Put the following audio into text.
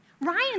Ryan